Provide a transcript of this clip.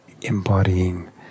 embodying